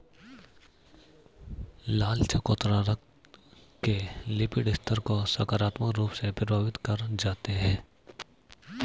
लाल चकोतरा रक्त के लिपिड स्तर को सकारात्मक रूप से प्रभावित कर जाते हैं